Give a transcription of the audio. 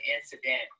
incident